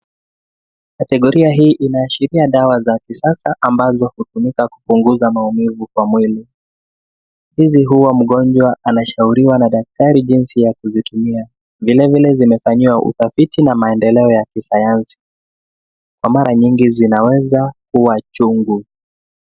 Kategoria hii inaashiria dawa za kisasa ambazo hutumika kupunguza maumivu kwa mwili, hizi huwa mgonjwa anashauriwa na daktari jinsi ya kuzitumia. Vilevile zimefanyiwa utafiti na maendeleo ya kisayansi. Kwa mara nyingi zinaweza kuwa chungu.